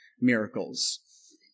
miracles